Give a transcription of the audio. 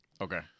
Okay